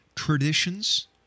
traditions